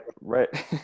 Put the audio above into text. right